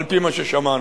על-פי מה ששמענו,